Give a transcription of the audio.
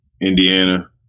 Indiana